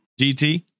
GT